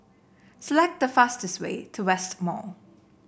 select the fastest way to West Mall